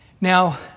Now